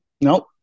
Nope